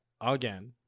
again